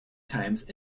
times